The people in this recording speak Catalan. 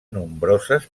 nombroses